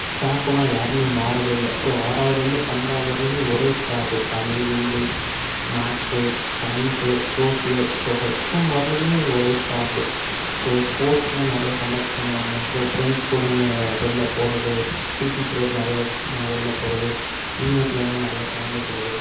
ஸ்டாஃப்பெல்லாம் யாரும் மாறவே இல்லை ஸோ ஆறாவதுலேருந்து பன்னரெண்டாவது வரையிலுமே ஒரே staff Tamil English maths science social so HM வரையிலும் ஒரே ஸ்டாஃப் ஸோ ஸ்போர்ட்ஸ்லாம் நிறையா கண்டக்ட் பண்ணுவாங்க ஸோ ஃபிரெண்ட்ஸ் கூட வெளியில போவது பிடி பீரியட் நிறையா வெளியில போவது ஈவென்ட்லெலாம் நிறைய கலந்துக்கிறது